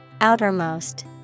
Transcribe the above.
Outermost